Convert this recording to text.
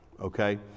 okay